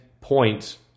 points